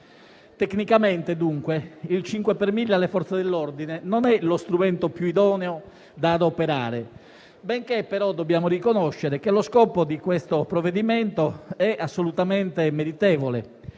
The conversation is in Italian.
Tecnicamente, dunque, il 5 per mille alle Forze dell'ordine non è lo strumento più idoneo da adoperare, ma dobbiamo riconoscere che lo scopo di questo provvedimento è assolutamente meritevole.